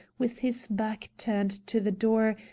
with his back turned to the door,